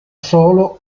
solo